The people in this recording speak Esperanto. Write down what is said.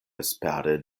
vespere